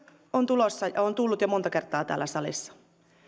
on tulossa ja on tullut jo monta kertaa täällä salissa